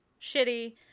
shitty